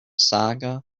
saga